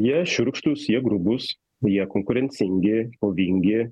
jie šiurkštūs jie grubūs jie konkurencingi kovingi